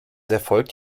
erfolgt